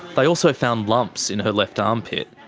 they also found lumps in her left armpit,